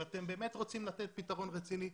אם אתם באמת רוצים לתת פתרון רציני,